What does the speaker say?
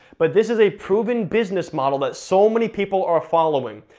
but this is a proven business model that so many people are following,